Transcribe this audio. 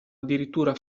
addirittura